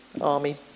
army